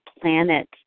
planet